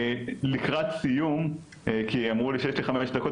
לקראת סיום כי אמרו לי שיש לי 5 דקות,